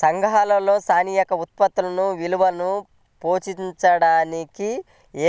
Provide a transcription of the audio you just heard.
సంఘాలలో స్థానిక ఉత్పత్తుల విలువను ప్రోత్సహించడానికి